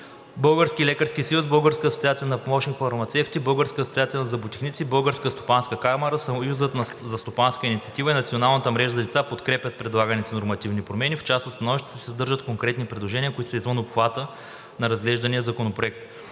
Българският лекарски съюз, Българската асоциация на помощник-фармацевтите, Българската асоциация на зъботехниците, Българската стопанска камара, Съюзът за стопанска инициатива и Национална мрежа за децата подкрепят предлаганите нормативни промени. В част от становищата се съдържат конкретни предложения, които са извън обхвата на разглеждания законопроект.